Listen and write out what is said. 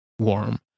warm